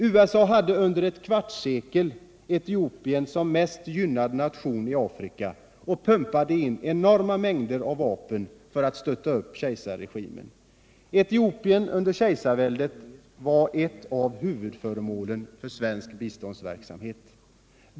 USA hade under ett kvartssekel Etiopien som mest gynnad nation i Afrika och pumpade in enorma mängder med vapen för att stötta upp kejsarregimen. Etiopien under kejsarväldet var ett av huvudföremålen för svensk biståndsverksamhet.